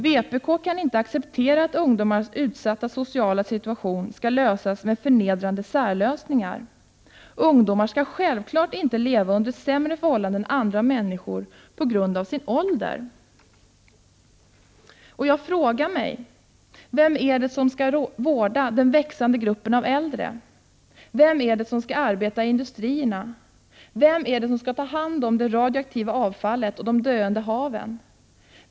Vpk kan inte acceptera att ungdomars utsatta sociala situation skall lösas med förnedrande särlösningar. Ungdomar skall självfallet inte leva under sämre förhållanden än andra människor på grund av sin ålder. Jag frågar mig: Vem är det som skall vårda den växande gruppen av äldre? Vem är det som skall arbeta i industrierna? Vem är det som skall ta hand om det radioaktiva avfallet och de döende haven?